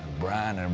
brand, and